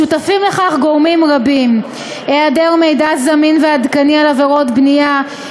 שותפים לכך גורמים רבים: היעדר מידע זמין ועדכני על עבירות בנייה,